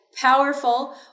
powerful